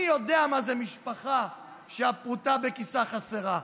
אני יודע מה זה משפחה שהפרוטה בכיסה חסרה,